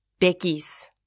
Beckys